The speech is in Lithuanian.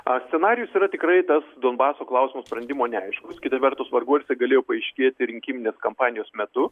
a scenarijus yra tikrai tas donbaso klausimo sprendimo neaiškus kita vertus vargu ar tai galėjo paaiškėti rinkiminės kampanijos metu